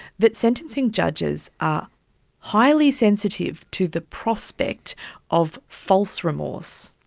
that sentencing judges are highly sensitive to the prospect of false remorse.